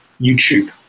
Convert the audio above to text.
YouTube